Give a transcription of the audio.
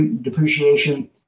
depreciation